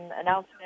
announcement